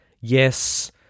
Yes